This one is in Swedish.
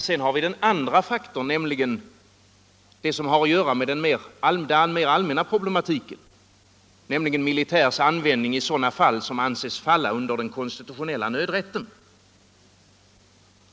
För det andra har vi det som gäller den mer allmänna problematiken, nämligen militärs användning i sådana fall som anses falla under den konstitutionella nödrätten.